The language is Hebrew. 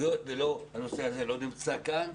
היות והנושא הזה לא נדון כאן,